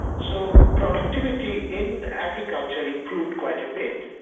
so productivity in agriculture improved quite a bit.